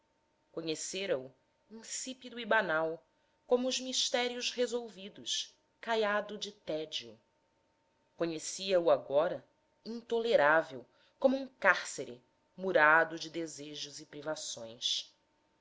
receio conhecera o insípido e banal como os mistérios resolvidos caiado de tédio conhecia-o agora intolerável como um cárcere murado de desejos e privações